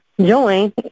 join